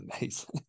amazing